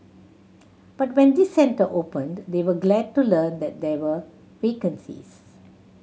but when this centre opened they were glad to learn that there were vacancies